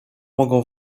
mogą